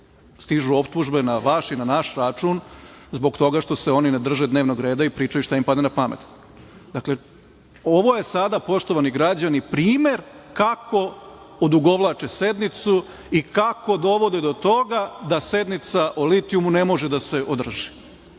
stižu optužbe na vaš i na naš račun, zbog toga što se oni ne drže dnevnog reda i pričaju šta im padne napamet. Ovo je sada, poštovani građani, primer kako odugovlače sednicu i kako dovode do toga da sednica o litijumu ne može da se održi.